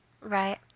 Right